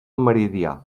meridià